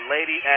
Lady